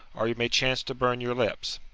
or you may chance to burn your lips.